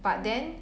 but then